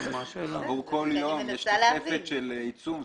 עבור כל יום יש תוספת של עיצום.